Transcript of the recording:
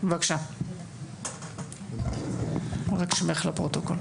בבקשה, רק שמך לפרוטוקול.